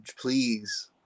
please